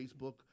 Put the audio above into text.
Facebook